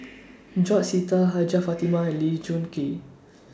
George Sita Hajjah Fatimah and Lee Choon Kee